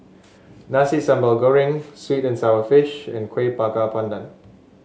Nasi Sambal Goreng sweet and sour fish and Kueh Bakar Pandan